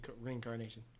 Reincarnation